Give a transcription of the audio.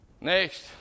Next